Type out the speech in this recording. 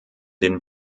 den